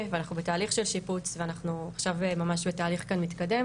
ואנחנו בתהליך של שיפוץ ואנחנו עכשיו ממש בתהליך מתקדם.